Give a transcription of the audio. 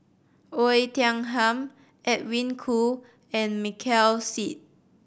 Oei Tiong Ham Edwin Koo and Michael Seet